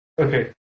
Okay